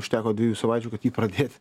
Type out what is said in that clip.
užteko dviejų savaičių kad jį pradėti